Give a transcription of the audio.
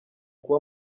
kuba